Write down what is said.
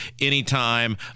Anytime